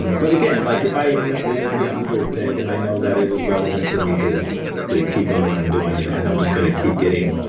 but again, like if i ended up living to be one hundred say, then i know that it was relevant for me to to keep doing what i'm doing and and i'm just going to keep getting.